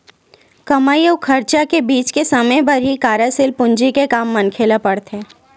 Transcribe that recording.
कमई अउ खरचा के बीच के समे बर ही कारयसील पूंजी के काम मनखे ल पड़थे